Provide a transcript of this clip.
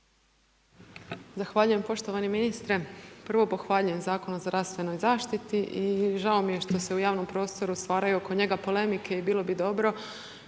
Zahvaljujem poštovani ministre. Prvo pohvaljujem Zakon o zdravstvenoj zaštiti i žao mi je što se u javnom prostoru stvaraju oko njega polemike i bilo bi dobro